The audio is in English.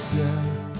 death